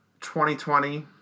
2020